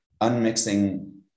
unmixing